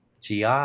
GI